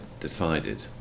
decided